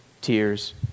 tears